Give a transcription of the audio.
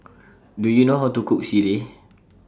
Do YOU know How to Cook Sireh